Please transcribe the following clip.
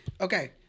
Okay